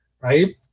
right